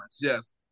Yes